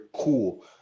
cool